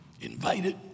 Invited